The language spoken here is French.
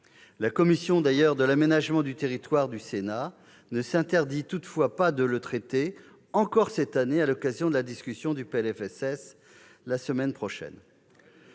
La commission de l'aménagement du territoire du Sénat ne s'interdit toutefois pas de le traiter encore cette année à l'occasion de la discussion du projet de loi